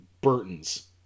Burton's